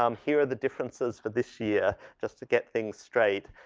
um here are the differences for this year just to get things straight.